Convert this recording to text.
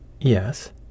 Yes